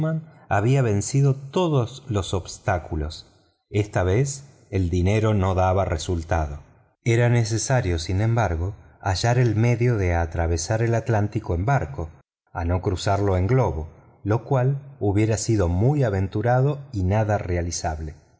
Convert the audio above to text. había vencido todos los obstáculos esta vez el dinero no daba resultado era necesario sin embargo hallar el medio de atravesar el atlántico en barco a no cruzarlo en globo lo cual hubiera sido muy aventurado y nada realizable